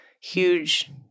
huge